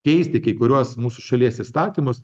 keisti kai kuriuos mūsų šalies įstatymus